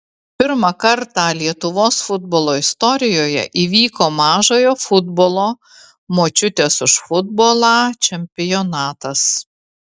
pirmą kartą lietuvos futbolo istorijoje įvyko mažojo futbolo močiutės už futbolą čempionatas